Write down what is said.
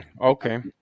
Okay